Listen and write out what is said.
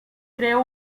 creó